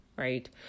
Right